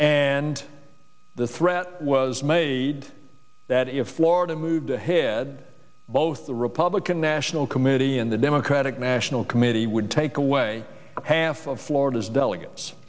and the threat was made that if florida moved ahead both the republican national committee and the democratic national committee would take away half of florida's del